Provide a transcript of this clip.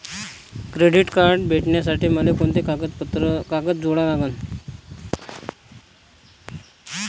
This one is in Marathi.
क्रेडिट कार्ड भेटासाठी मले कोंते कागद जोडा लागन?